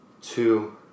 two